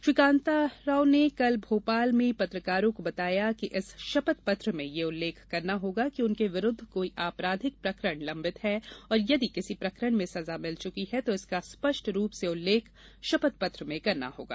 श्री कान्ता ने कल भोपाल में पत्रकारों को बताया कि इस शपथ पत्र में यह उल्लेख करना होगा कि उनके विरूद्व कोई आपराधिक प्रकरण लंबित है और यदि किसी प्रकरण में सजा मिल चुकी है तो इसका स्पष्ट रूप से उल्लेख शपथ पत्र में करना होगा